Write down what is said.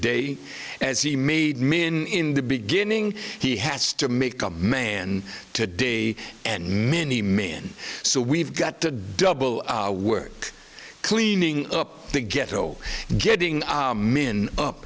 day as he made me in the beginning he has to make up man to day and many men so we've got to double work cleaning up the ghetto getting min up